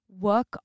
work